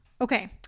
Okay